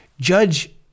Judge